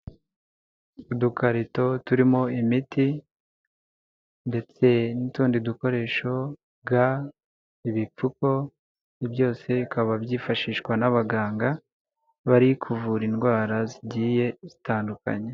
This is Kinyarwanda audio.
Udukarito turimo imiti ndetse n'utundi dukoresho ga, ibipfuko byose bikaba byifashishwa n'abaganga bari kuvura indwara zigiye zitandukanye.